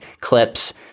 clips